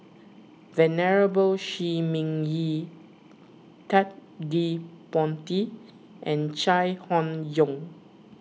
Venerable Shi Ming Yi Ted De Ponti and Chai Hon Yoong